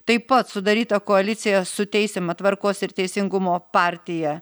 taip pat sudaryta koalicija su teisiama tvarkos ir teisingumo partija